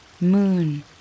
moon